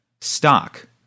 stock